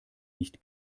nicht